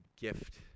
gift